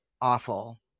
awful